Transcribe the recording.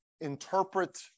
interpret